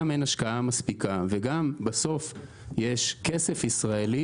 גם אין השקעה מספיקה וגם בסוף יש כסף ישראלי